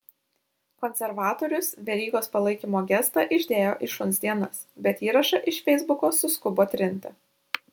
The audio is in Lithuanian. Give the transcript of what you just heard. konservatorius verygos palaikymo gestą išdėjo į šuns dienas bet įrašą iš feisbuko suskubo trinti